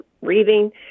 reading